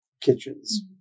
kitchens